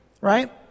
right